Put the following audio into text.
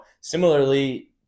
similarly